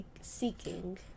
seeking